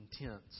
intense